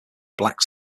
black